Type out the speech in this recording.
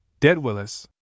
Deadwillis